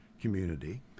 community